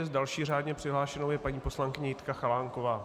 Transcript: Další řádně přihlášenou je paní poslankyně Jitka Chalánková.